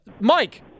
mike